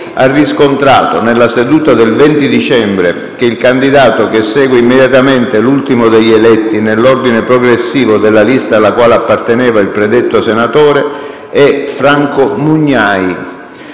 ha riscontrato, nella seduta del 20 dicembre, che il candidato che segue immediatamente l'ultimo degli eletti nell'ordine progressivo della lista alla quale apparteneva il predetto senatore è Franco Mugnai.